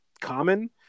common